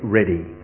ready